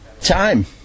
Time